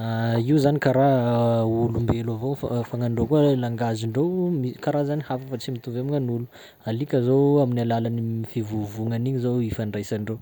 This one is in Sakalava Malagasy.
Io zany karaha olombelo avao fa- fa gn'andreo koa langagendreo mi- karazany hafa fa tsy mitovy amin'agn'olo. Alika zao amin'ny alalan'ny m- fivovògnany igny zao ifandraisandreo,